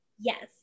Yes